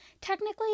Technically